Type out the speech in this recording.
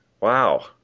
Wow